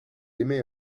émet